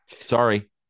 Sorry